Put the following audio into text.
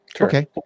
Okay